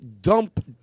dump